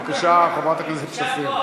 בבקשה, חברת הכנסת שפיר.